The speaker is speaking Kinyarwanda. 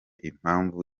impamvu